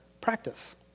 practice